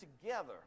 together